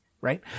right